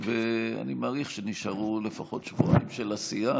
אני מעריך שנשארו לפחות שבועיים של עשייה,